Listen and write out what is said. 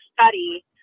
study